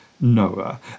Noah